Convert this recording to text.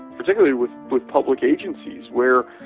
particularly with with public agencies where,